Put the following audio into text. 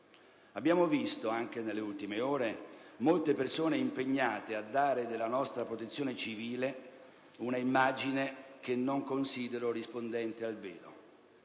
Abbiamo visto, anche nelle ultime ore, molte persone impegnate a dare della nostra Protezione civile una immagine che non considero rispondente al vero;